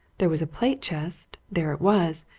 there was a plate-chest there it was,